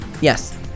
yes